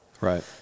Right